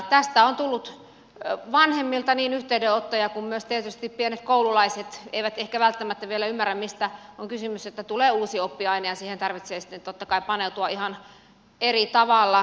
tästä on tullut vanhemmilta yhteydenottoja ja myöskään tietysti pienet koululaiset eivät ehkä välttämättä vielä ymmärrä mistä on kysymys että tulee uusi oppiaine ja siihen tarvitsee sitten totta kai paneutua ihan eri tavalla